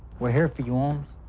we're here for you, homes.